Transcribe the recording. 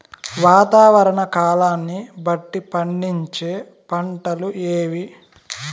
వాతావరణ కాలాన్ని బట్టి పండించే పంటలు ఏవి?